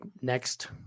next